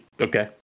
okay